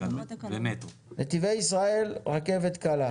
נתיבי ישראל, רכבת קלה.